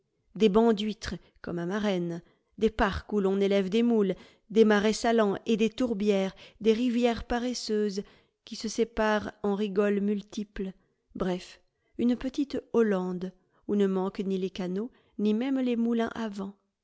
des bancs d'huîtres comme à marennes des parcs où l'on élève des moules des marais salants et des tourbières des rivières paresseuses qui se séparent en rigoles multiples bref une petite hollande où ne manquent ni les canaux ni même les moulins